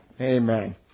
Amen